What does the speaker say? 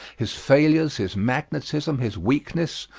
his failures, his magnetism, his weakness,